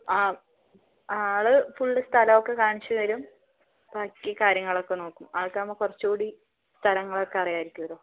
അ ആൾ ഫുള്ള് സ്ഥലമൊക്കെ കാണിച്ചു തരും ബാക്കി കാര്യങ്ങളൊക്കെ നോക്കും അതൊക്കെയാവുമ്പോൾ കുറച്ചു കൂടി സ്ഥലങ്ങളൊക്കെ അറിയാമായിരിക്കുമല്ലോ